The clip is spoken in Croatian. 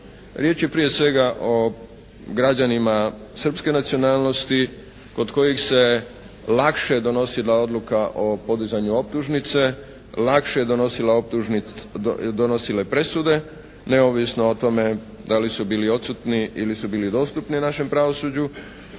Riječ je prije svega o građanima Srpske nacionalnosti kod kojih se lakše donosila odluka o podizanju optužnice, lakše donosile presude neovisno o tome da li su bili odsutni ili su bili dostupni našem pravosuđu,